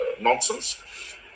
nonsense